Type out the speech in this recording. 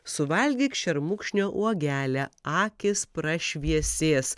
suvalgyk šermukšnio uogelę akys prašviesės